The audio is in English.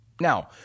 now